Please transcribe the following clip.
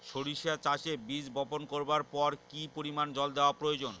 সরিষা চাষে বীজ বপন করবার পর কি পরিমাণ জল দেওয়া প্রয়োজন?